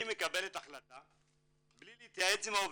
היא מקבלת החלטה בלי להתייעץ עם העובדים.